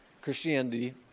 Christianity